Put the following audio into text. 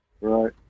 right